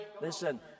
Listen